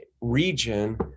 region